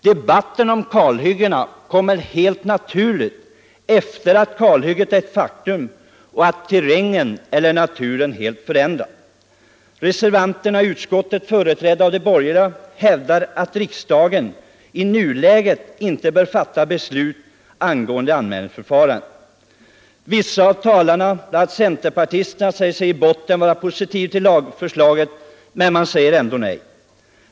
Debatten om kalhyggena kommer helt naturligt efter det att kalhygget redan är ett faktum och efter det att terrängen och naturen helt förändrats. Reservanterna i utskottet, företrädda av de borgerliga, hävdar att riksdagen i nuläget inte bör fatta beslut angående ett anmälningsförfarande. Vissa av talarna bland centerpartisterna säger sig i grund och botten vara positivt inställda till lagförslaget men säger ändå nej till det.